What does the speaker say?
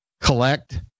Collect